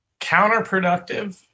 counterproductive